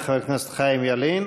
תודה לחבר הכנסת חיים ילין.